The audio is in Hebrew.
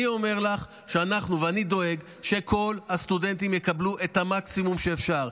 אני אומר לך שאני דואג שכל הסטודנטים יקבלו את המקסימום שאפשר.